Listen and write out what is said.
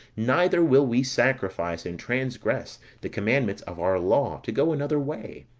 neither will we sacrifice and transgress the commandments of our law, to go another way.